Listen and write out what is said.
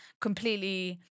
completely